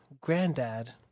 granddad